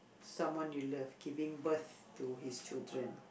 someone you love giving birth to his children